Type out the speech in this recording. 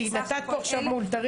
כי נתת פה עכשיו מאולתרים,